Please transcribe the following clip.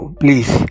please